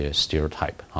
stereotype